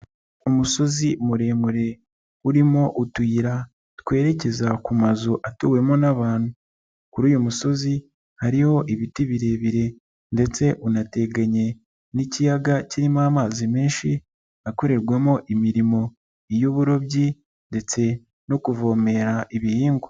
Umusozi muremure urimo utuyira twerekeza ku mazu atuwemo n'abantu, kuri uyu musozi hariho ibiti birebire ndetse unateganye n'ikiyaga kirimo amazi menshi, akorerwamo imirimo iy'uburobyi ndetse no kuvomera ibihingwa.